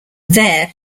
there